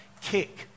kick